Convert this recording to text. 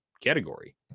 category